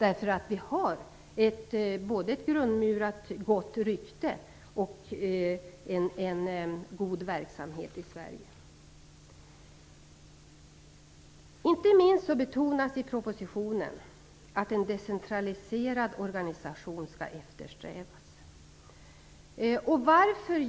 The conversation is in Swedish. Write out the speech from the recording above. Verksamheten i Sverige har ett grundmurat gott rykte. I propositionen betonas att en decentraliserad organisation skall eftersträvas.